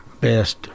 Best